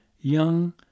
young